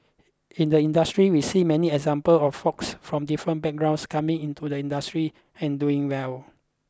in the industry we've seen many examples of forks from different backgrounds coming into the industry and doing well